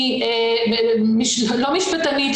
אני לא משפטנית,